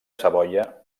savoia